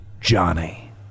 Johnny